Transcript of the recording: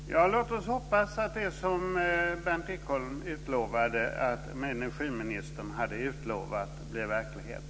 Fru talman! Låt oss hoppas att det är som Berndt Ekholm utlovade, att det energiministern hade utlovat blir verklighet.